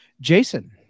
Jason